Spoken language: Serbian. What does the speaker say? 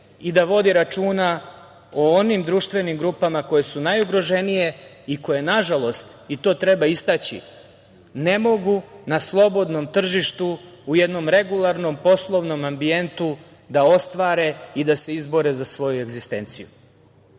i da vodi računa o onim društvenim grupama koje su najugroženije i koje, nažalost, i to treba istaći, ne mogu na slobodnom tržištu, u jednom regularnom poslovnom ambijentu da ostvare i da se izbore za svoju egzistenciju. Moje